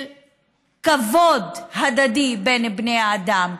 של כבוד הדדי בין בני האדם,